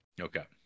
Okay